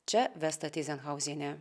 čia vesta tyzenhauzienė